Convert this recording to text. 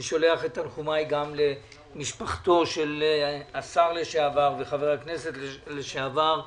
אני שולח את תנחומיי גם למשפחתו של השר לשעבר וחבר הכנסת לשעבר,